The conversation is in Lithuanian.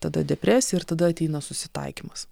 tada depresija ir tada ateina susitaikymas